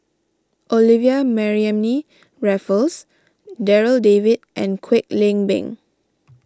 Olivia Mariamne Raffles Darryl David and Kwek Leng Beng